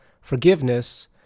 forgiveness